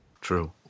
True